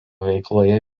veikloje